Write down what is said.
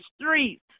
streets